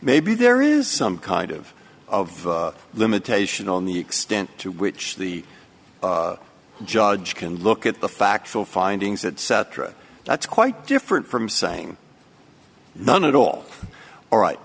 maybe there is some kind of of limitation on the extent to which the judge can look at the factual findings that cetera that's quite different from saying none at all or right